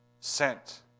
sent